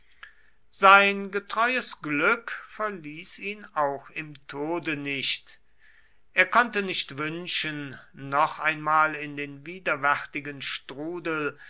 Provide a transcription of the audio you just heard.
sein getreues glück verließ ihn auch im tode nicht er konnte nicht wünschen noch einmal in den widerwärtigen strudel